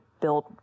build